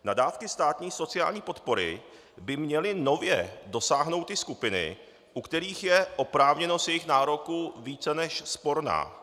Na dávky státní sociální podpory by měly nově dosáhnout i skupiny, u kterých je oprávněnost jejich nároku více než sporná.